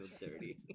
dirty